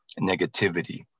negativity